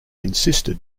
insisted